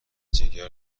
جگر